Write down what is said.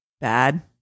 bad